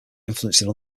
influencing